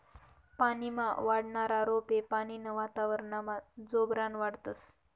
पानीमा वाढनारा रोपे पानीनं वातावरनमा जोरबन वाढतस